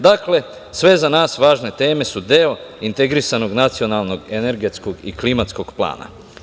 Dakle, sve za nas važne teme su deo integrisanog nacionalnog energetskog i klimatskog plana.